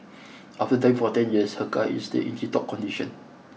after driving for ten years her car is still in tiptop condition